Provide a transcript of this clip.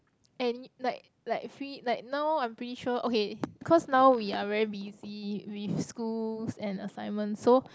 any like like free like now I'm pretty sure okay cause now we are very busy with schools and assignments so